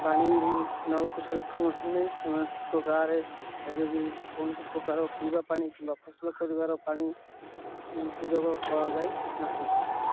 ପାଣି ନେବାକୁ ସକ୍ଷମ ହେଇନାହିଁ ସେମାନଙ୍କ ଗାଁରେ ଏବେ ବି କୌଣସି ପ୍ରକାର ପିଇବା ପାଣି କିମ୍ବା ଫସଲ କରିବାର ପାଣି ସୁଯୋଗ କରାଯାଇ ନାହିଁ